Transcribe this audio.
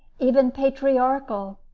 even patriarchal.